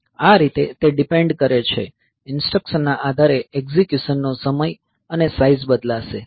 આ રીતે તે ડીપેન્ડ કરે છે ઈન્સ્ટ્રકશનના આધારે એક્ઝીક્યુશનનો સમય અને સાઈઝ બદલાશે